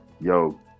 yo